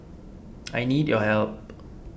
I need your help